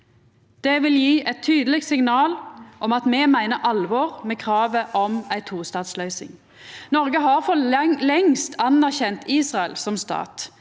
Det vil gje eit tydeleg signal om at me meiner alvor med kravet om ei tostatsløysing. Noreg har for lengst anerkjent Israel som stat.